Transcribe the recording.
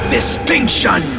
Distinction